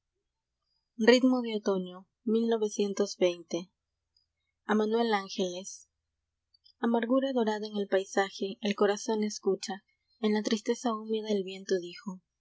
de o margura dorada en el paisaje a el corazón escucha en la tristeza húmeda el viento dijo